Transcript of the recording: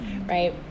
right